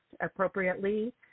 appropriately